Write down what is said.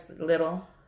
little